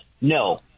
No